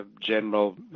general